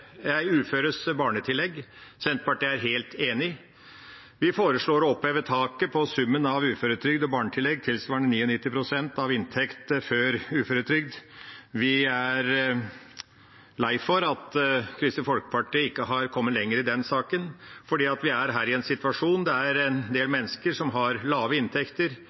i uføres barnetillegg. Senterpartiet er helt enig. Vi foreslår å oppheve taket på summen av uføretrygd og barnetillegg tilsvarende 99 pst. av inntekt før uførhet. Vi er lei for at Kristelig Folkeparti ikke har kommet lenger i den saken, for vi er her i en situasjon hvor det er en del mennesker som har lave inntekter,